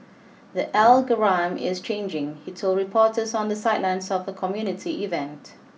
the algorithm is changing he told reporters on the sidelines of a community event